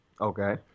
okay